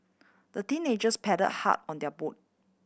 the teenagers paddled hard on their boat